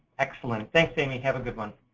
excellent. thanks, amy. have a good one.